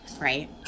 right